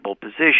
position